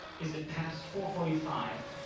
is it past four forty five?